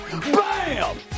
Bam